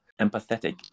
empathetic